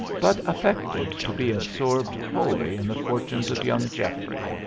but affected to be absorbed wholly in the fortunes of young geoffrey,